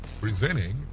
Presenting